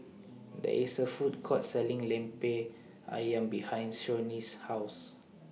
There IS A Food Court Selling Lemper Ayam behind Shawnee's House